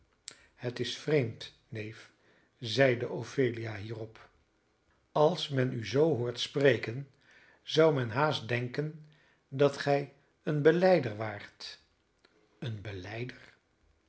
het is vreemd neef zeide ophelia hierop als men u zoo hoort spreken zou men haast denken dat gij een belijder waart een